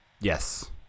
Yes